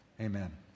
Amen